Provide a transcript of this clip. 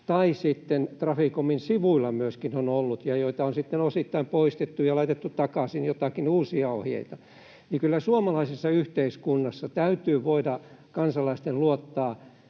myöskin Traficomin sivuilla on ollut ohjeita, joita on sitten osittain poistettu ja laitettu takaisin joitakin uusia ohjeita — niin kyllä suomalaisessa yhteiskunnassa kansalaisten täytyy